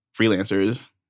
freelancers